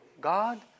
God